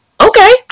okay